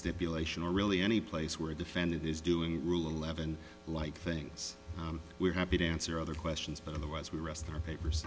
stipulation or really any place where a defendant is doing rule eleven like things we're happy to answer other questions but otherwise we rest our papers